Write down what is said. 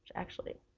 actually.